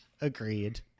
Agreed